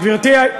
גברתי,